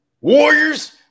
Warriors